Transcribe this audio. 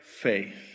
faith